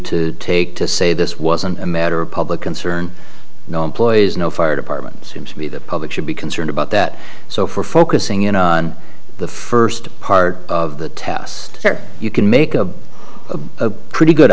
to take to say this wasn't a matter of public concern no employees no fire department seems to be the public should be concerned about that so for focusing in on the first part of the test you can make a pretty good